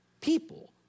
People